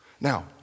Now